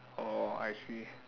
orh I see